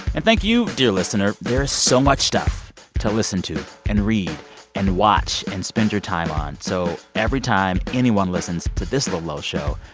and thank you, dear listener. there's so much stuff to listen to and read and watch and spend your time on. so every time anyone listens to this little, old show,